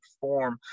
perform